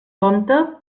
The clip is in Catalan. compte